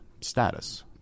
status